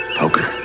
poker